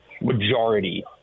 majority